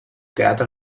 teatre